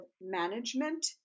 management